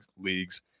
leagues